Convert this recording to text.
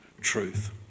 truth